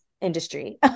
industry